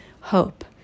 hope